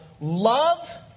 Love